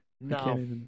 No